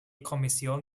kommission